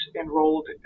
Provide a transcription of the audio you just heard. enrolled